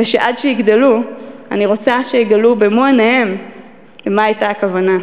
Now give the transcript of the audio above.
ושעד שיגדלו אני רוצה שיגלו במו עיניהם למה הייתה הכוונה.